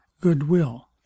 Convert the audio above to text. good-will